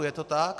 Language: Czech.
Je to tak.